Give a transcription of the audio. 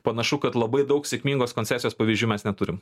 panašu kad labai daug sėkmingos koncesijos pavyzdžių mes neturim